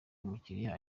umukiliya